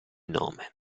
nome